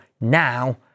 now